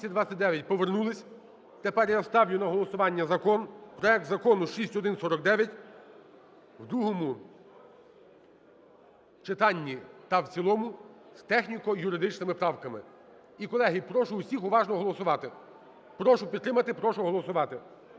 Повернулись. Тепер я ставлю на голосування закон, проект Закону 6149 в другому читанні та в цілому з техніко-юридичними правками. І, колеги, прошу всіх уважно голосувати. Прошу підтримати, прошу голосувати.